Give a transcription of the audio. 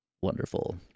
wonderful